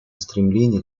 стремления